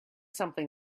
something